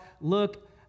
look